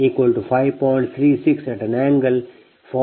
82 j0